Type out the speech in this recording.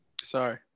Sorry